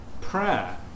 prayer